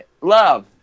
love